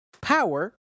power